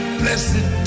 blessed